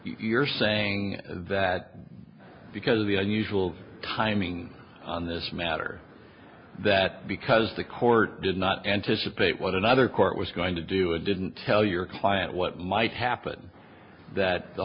you're saying that because the unusual timing on this matter that because the court did not anticipate what another court was going to do it didn't tell your client what might happen that the